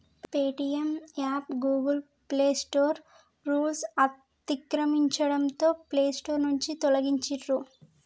Paytm app Google play store రూల్స్ను అతిక్రమించడంతో play store నుంచి తొలగించిర్రు